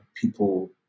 people